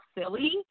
silly